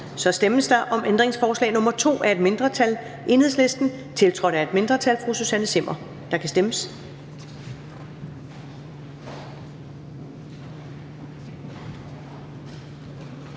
Der stemmes om ændringsforslag nr. 2 af et mindretal (EL), tiltrådt af et mindretal (Susanne Zimmer (UFG)), og der kan stemmes.